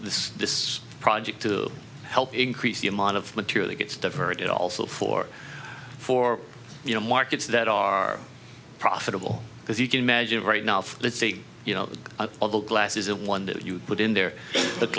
this this project to help increase the amount of material that gets diverted also for for you know markets that are profitable because you can imagine right now let's see you know all the glass is a wonder that you put in there